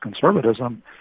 conservatism